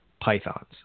pythons